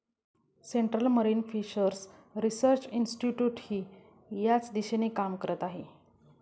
central marine fishers research इन्स्टिट्यूटही याच दिशेने काम करत आहे